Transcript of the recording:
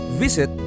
visit